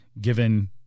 given